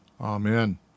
Amen